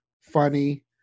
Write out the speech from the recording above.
funny